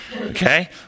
Okay